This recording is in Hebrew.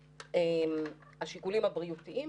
אבל המאמצים שלנו לבוא באמת במשא ומתן עם כל מיני גורמים בממשלה,